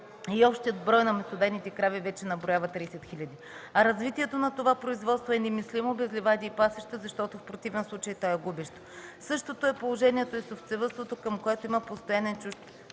И общият брой на месодайните крави вече наброява 30 хиляди. Развитието на това производство е немислимо без ливади и пасища, защото в противен случай то е губещо. Същото е положението и с овцевъдството, към което има постоянен чужд